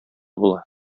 була